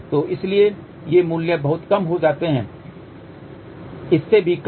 तो इसीलिए ये मूल्य बहुत कम हो जाते हैं इससे भी कम